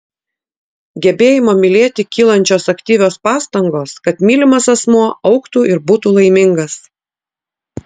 gebėjimo mylėti kylančios aktyvios pastangos kad mylimas asmuo augtų ir būtų laimingas